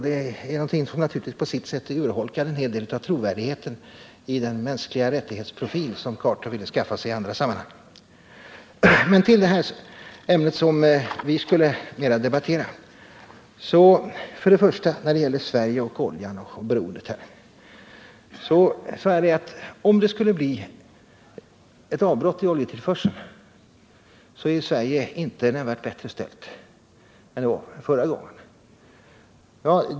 Det är en sak som på sitt sätt naturligtvis urholkar en hel del av trovärdigheten i den profil som Carter vill skaffa sig när det gäller de mänskliga rättigheterna. Men till det ämne vi skulle debattera! När det gäller Sverige och oljeberoendet sade jag att om det skulle bli ett avbrott i oljetillförseln är Sverige inte nämnvärt bättre rustat än det var förra gången.